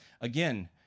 again